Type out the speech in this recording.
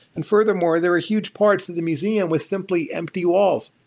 and furthermore, there are huge parts of the museum with simply empty walls.